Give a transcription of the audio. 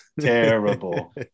terrible